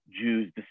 Jews